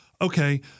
okay